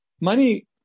Money